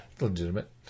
legitimate